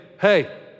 hey